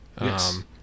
Yes